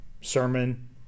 Sermon